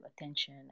attention